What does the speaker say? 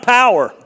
power